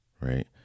Right